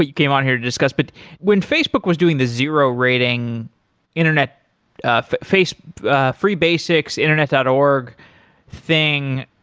but came on here to discuss, but when facebook was doing the zero rating internet face freebasicsinternet dot org thing,